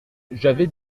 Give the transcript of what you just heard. j’avais